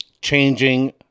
changing